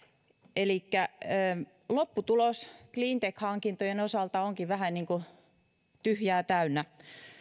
elikkä lopputulos cleantech hankintojen osalta onkin vähän niin kuin tyhjää täynnä